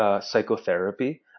psychotherapy